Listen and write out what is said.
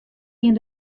ien